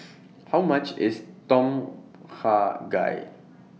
How much IS Tom Kha Gai